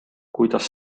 kuidas